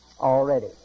already